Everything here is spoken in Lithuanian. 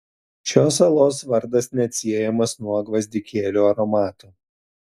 šios salos vardas neatsiejamas nuo gvazdikėlių aromato